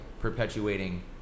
perpetuating